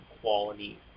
quality